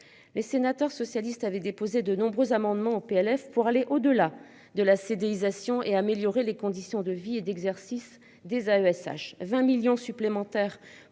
les sénateurs socialistes avaient déposé de nombreux amendements au PLF pour aller au-delà de la CDU Lisa Sion et améliorer les conditions de vie et d'exercice des AESH 20 millions supplémentaires